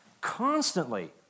Constantly